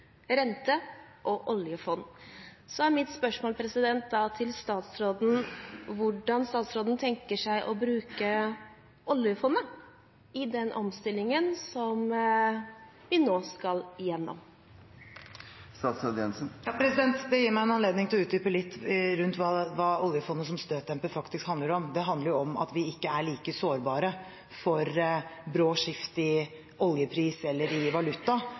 rente og oljefond. Da er mitt spørsmål til statsråden hvordan statsråden tenker seg å bruke oljefondet i den omstillingen som vi nå skal gjennom. Det gir meg en anledning til å utdype litt hva oljefondet som støtdemper faktisk handler om. Det handler om at vi ikke er like sårbare for brå skift i oljepris eller i valuta